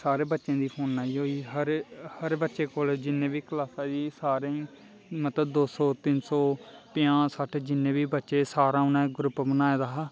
सारें बच्चें दी फोना च गै होई हर हर बच्चे कोल जिन्ने बी क्लासा च सारें गी मतलब दौ सौ तीन सौ पंजाह् सट्ठ जिन्ने बी बच्चे सारा उ'नें ग्रुप बनाए दा हा